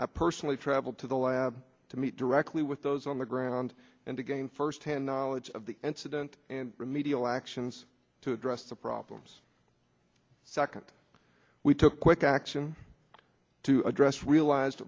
i personally traveled to the lab to meet directly with those on the ground and to gain firsthand knowledge of the incident and remedial actions to address the problems second we took quick action to address realized